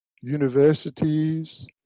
universities